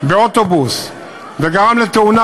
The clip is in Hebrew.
באוטובוס וגרם לתאונה,